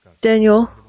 Daniel